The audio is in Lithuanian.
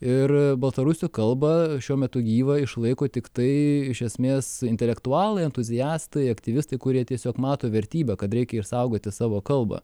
ir baltarusių kalbą šiuo metu gyvą išlaiko tiktai iš esmės intelektualai entuziastai aktyvistai kurie tiesiog mato vertybę kad reikia išsaugoti savo kalbą